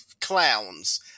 clowns